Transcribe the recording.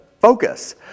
focus